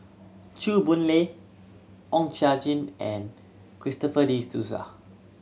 Chew Boon Lay Oon Cha Gee and Christopher De Souza